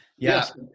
Yes